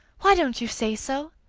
why don't you say so?